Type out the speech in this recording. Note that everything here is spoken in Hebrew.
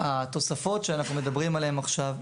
התוספות שאנחנו מדברים עליהן עכשיו,